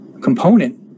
component